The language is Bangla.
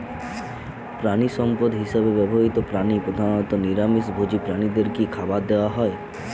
প্রাণিসম্পদ হিসেবে ব্যবহৃত প্রাণী প্রধানত নিরামিষ ভোজী প্রাণীদের কী খাবার দেয়া হয়?